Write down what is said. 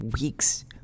Weeks